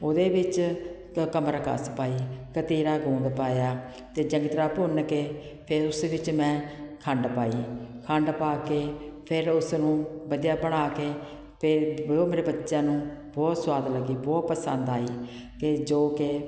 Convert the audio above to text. ਉਹਦੇ ਵਿੱਚ ਕਮਰ ਕਸ ਪਾਈ ਕਤੀਰਾ ਗੂੰਦ ਪਾਇਆ ਅਤੇ ਚੰਗੀ ਤਰ੍ਹਾਂ ਭੁੰਨ ਕੇ ਫੇਰ ਉਸ ਵਿੱਚ ਮੈਂ ਖੰਡ ਪਾਈ ਖੰਡ ਪਾ ਕੇ ਫਿਰ ਉਸਨੂੰ ਵਧੀਆ ਬਣਾ ਕੇ ਫਿਰ ਉਹ ਮੇਰੇ ਬੱਚਿਆਂ ਨੂੰ ਬਹੁਤ ਸਵਾਦ ਲੱਗੀ ਬਹੁਤ ਪਸੰਦ ਆਈ ਕਿ ਜੋ ਕਿ